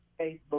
Facebook